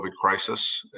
crisis